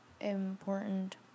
important